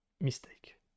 mistake